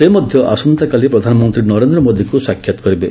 ସେ ମଧ୍ୟ ଆସନ୍ତାକାଲି ପ୍ରଧାନମନ୍ତ୍ରୀ ନରେନ୍ଦ୍ର ମୋଦିଙ୍କୁ ସାକ୍ଷାତ୍ କରିବେ